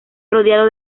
rodeado